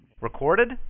recorded